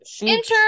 Enter